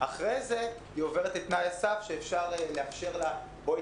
אחרי זה היא עוברת תנאי סף שאז אפשר לאפשר לה: בואי